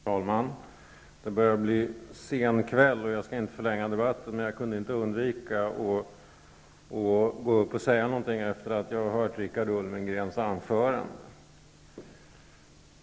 Herr talman! Det börjar bli sen kväll och jag skall inte förlänga debatten. Men jag kan inte låta bli att begära ordet efter Richard Ulfvengrens anförande.